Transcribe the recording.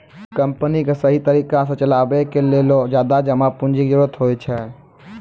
company क सहि तरिका सह चलावे के लेलो ज्यादा जमा पुन्जी के जरुरत होइ छै